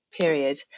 period